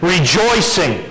Rejoicing